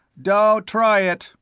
don't try it,